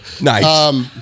Nice